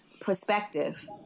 perspective